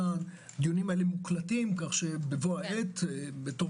הדיונים האלה מוקלטים כך שבבוא העת תוך